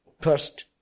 First